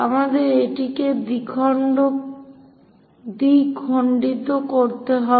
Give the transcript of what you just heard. আমাদের এটিকে দ্বিখণ্ডিত করতে হবে